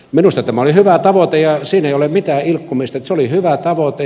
minusta tämä oli hyvä tavoite ja siinä ei ole mitään ilkkumista se oli hyvä tavoite